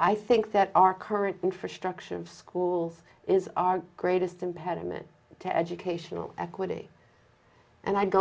i think that our current infrastructure of schools is our greatest impediment to educational equity and i go